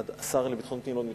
השר לביטחון פנים לא נמצא?